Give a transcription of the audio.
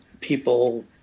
people